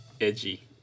Edgy